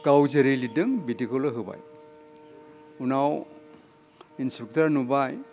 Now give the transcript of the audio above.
गाव जेरै लिरदों बिदिखौल' होबाय उनाव इन्सपेक्टरा नुबाय